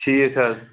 ٹھیٖک حظ